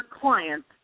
clients